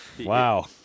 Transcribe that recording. Wow